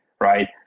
right